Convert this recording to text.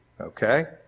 okay